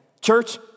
Church